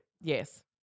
Yes